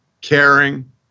caring